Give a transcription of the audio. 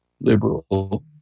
liberal